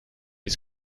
ist